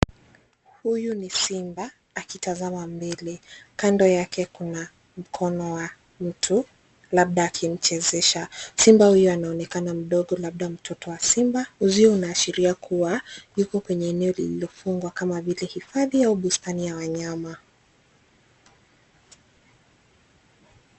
Huyu ni simba akitazama mbele. Kando yake kuna mkono wa mtu, labda akimchezesha. Simba huyu anaonekana mdogo labda mtoto wa simba. Uzio unaashiria kuwa yupo penye eneo lililofungwa kama vile hifadhi ama bustani ya wanyama.